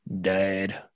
dad